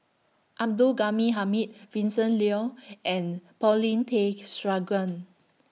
Abdul Ghani Hamid Vincent Leow and Paulin Tay Straughan